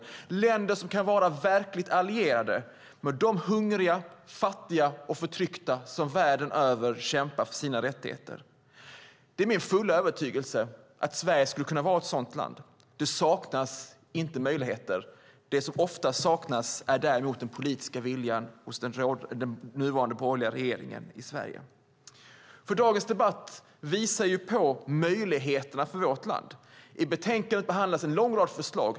Det behövs länder som kan vara verkligt allierade med de hungriga, fattiga och förtryckta som världen över kämpar för sina rättigheter. Det är min fulla övertygelse att Sverige skulle kunna vara ett sådant land. Det saknas inte möjligheter. Det som ofta saknas är däremot den politiska viljan hos den nuvarande borgerliga regeringen i Sverige. Dagens debatt visar på möjligheterna för vårt land. I betänkandet behandlas en lång rad förslag.